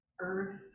earth